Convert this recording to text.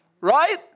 Right